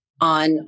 on